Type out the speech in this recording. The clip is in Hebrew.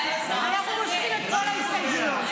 --- אנחנו מושכים את כל ההסתייגויות.